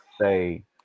say